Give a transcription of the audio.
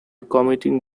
committing